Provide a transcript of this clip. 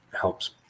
helps